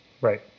Right